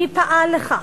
מי פעל לכך,